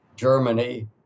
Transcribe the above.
Germany